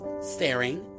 staring